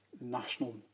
national